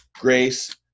Grace